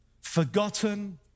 forgotten